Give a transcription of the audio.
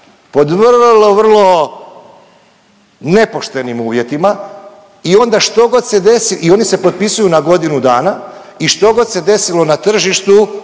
pod vrlo, vrlo nepoštenim uvjetima i onda što god se desi i oni se potpisuju na godinu dana i štogod se desilo na tržištu